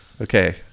Okay